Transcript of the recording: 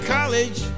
College